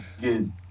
good